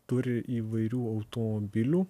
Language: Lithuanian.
turi įvairių automobilių